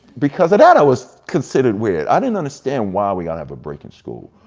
because of that, i was considered weird. i didn't understand why we gotta have a break in school.